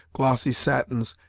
glossy satins,